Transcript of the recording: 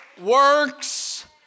works